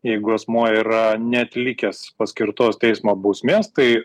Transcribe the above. jeigu asmuo yra neatlikęs paskirtos teismo bausmės tai